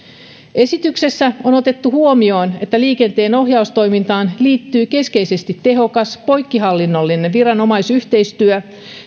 esityksessä on otettu huomioon että liikenteenohjaustoimintaan liittyy keskeisesti tehokas poikkihallinnollinen viranomaisyhteistyö